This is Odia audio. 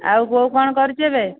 ଆଉ ବୋଉ କ'ଣ କରୁଛି ଏବେ